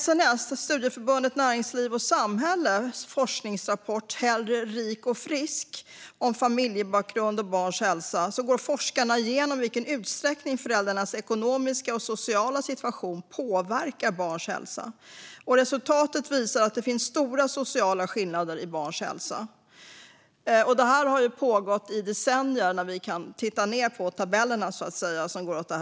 I Studieförbundet Näringsliv och Samhälles, SNS, forskningsrapport Hellre rik och frisk - om familjebakgrund och barns hälsa går forskarna igenom i vilken utsträckning föräldrarnas ekonomiska och sociala situation påverkar barnens hälsa. Resultatet visar att det finns stora sociala skillnader i barns hälsa. Detta har pågått i decennier, kan vi se i tabellerna.